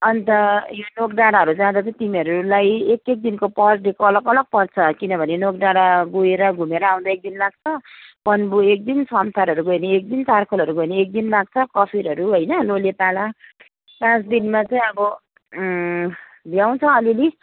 अन्त यो नोकडाँडाहरू जाँदा चाहिँ तिमीहरूलाई एक एक दिनको पर डेको अलग अलग पर्छ किनभने नोकडाँडा गएर घुमेर आउँदा एक दिन लाग्छ पन्बू एक दिन समथारहरू गयो भने एक दिन चारकोलहरू गयो भने एक दिन लाग्छ कफेरहरू होइन लोलेपाला पाँच दिनमा चाहिँ अब भ्याउँछ अलिअलि